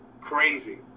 Crazy